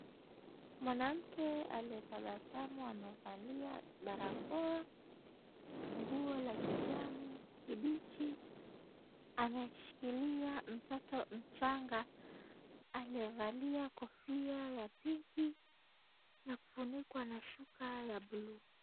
Mwanamke aliyetabasamu amevalia barakoa, nguo la kijani kibichi. Ameshikilia mtoto mchanga aliyevalia kofia ya pinki na kufunikwa na shuka ya bluu.